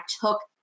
took